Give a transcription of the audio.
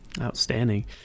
outstanding